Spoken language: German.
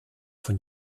von